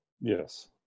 Yes